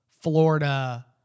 Florida